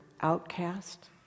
outcast